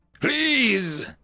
please